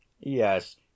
yes